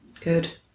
Good